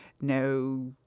no